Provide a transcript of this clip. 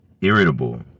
irritable